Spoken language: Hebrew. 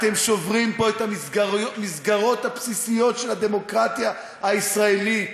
אתם שוברים פה את המסגרות הבסיסיות של הדמוקרטיה הישראלית.